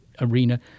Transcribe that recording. arena